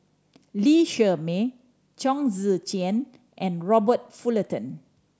Lee Shermay Chong Tze Chien and Robert Fullerton